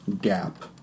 gap